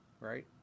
right